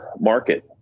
market